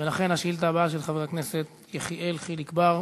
השאילתה הבאה היא של חבר הכנסת יחיאל חיליק בר,